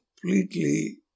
completely